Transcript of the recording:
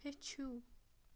ہیٚچھِو